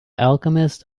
alchemist